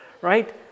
right